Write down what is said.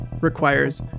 requires